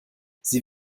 sie